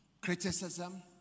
Criticism